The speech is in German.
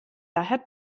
daher